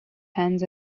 hands